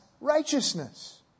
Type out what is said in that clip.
righteousness